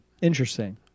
Interesting